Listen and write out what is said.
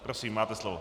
Prosím, máte slovo.